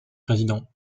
président